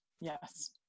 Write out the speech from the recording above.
yes